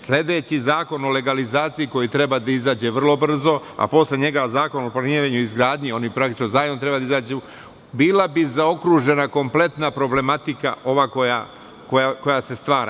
Sledeći zakon o legalizaciji, koji treba da izađe vrlo brzo, a posle njega zakon o planiranju i izgradnji, oni praktično zajedno treba da izađu, bila bi zaokružena kompletna problematika koja se stvara.